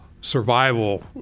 Survival